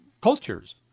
cultures